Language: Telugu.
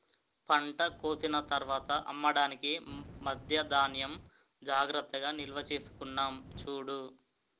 పంట కోసిన తర్వాత అమ్మడానికి మధ్యా ధాన్యం జాగ్రత్తగా నిల్వచేసుకున్నాం చూడు